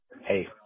hey